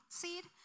seed